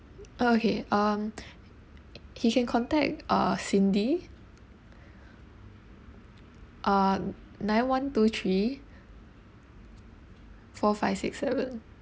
uh okay um he can contact uh cindy uh nine one two three four five six seven